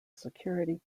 security